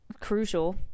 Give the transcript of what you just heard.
crucial